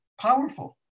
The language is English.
powerful